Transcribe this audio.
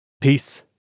peace